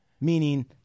meaning